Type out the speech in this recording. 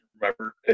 remember